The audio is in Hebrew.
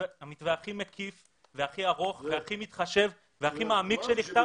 והכי ארוך והכי מתחשב והכי מעמיק שנכתב,